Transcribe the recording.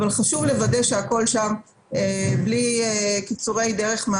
חשוב לוודא שהכול שם בלי קיצורי דרך.